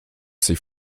sich